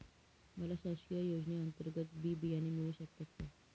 मला शासकीय योजने अंतर्गत बी बियाणे मिळू शकतात का?